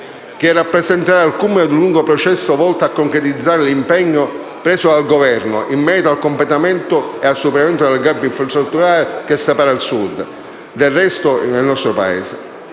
che rappresenterà il culmine di un lungo processo volto a concretizzare l'impegno preso dal Governo in merito al completo superamento del *gap* infrastrutturale che separa il Sud dal resto del nostro Paese.